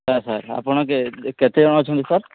sir sir ଆପଣ କେତେ ଜଣ ଅଛନ୍ତି ସାର୍